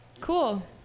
Cool